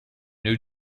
new